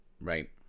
right